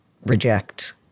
reject